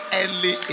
early